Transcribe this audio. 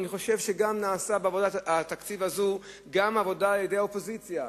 אני חושב שגם נעשתה בעבודת התקציב הזו עבודה על-ידי האופוזיציה,